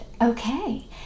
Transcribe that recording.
Okay